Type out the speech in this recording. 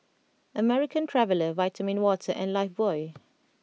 American Traveller Vitamin Water and Lifebuoy